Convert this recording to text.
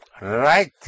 Right